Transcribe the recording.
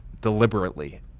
deliberately